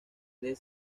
del